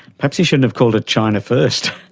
perhaps he shouldn't have called it china first.